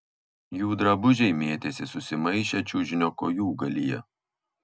jų drabužiai mėtėsi susimaišę čiužinio kojūgalyje